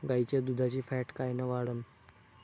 गाईच्या दुधाची फॅट कायन वाढन?